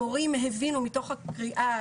המורים הבינו מתוך הקריאה